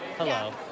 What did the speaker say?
Hello